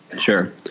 Sure